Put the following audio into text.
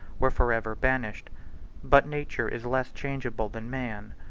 were forever banished but nature is less changeable than man,